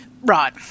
right